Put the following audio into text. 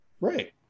Right